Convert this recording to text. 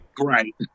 Right